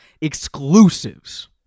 exclusives